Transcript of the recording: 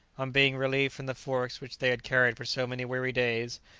on being relieved from the forks which they had carried for so many weary days,